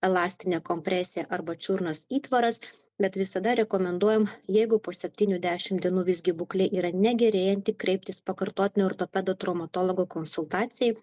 elastinė kompresija arba čiurnos įtvaras bet visada rekomenduojam jeigu po septynių dešim dienų visgi būklė yra negerėjanti kreiptis pakartotinai ortopedo traumatologo konsultacijai